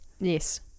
yes